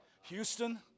Houston